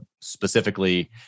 specifically